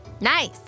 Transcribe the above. Nice